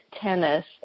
tennis